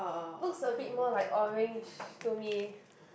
looks a bit more like orange to me